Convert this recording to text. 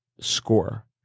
score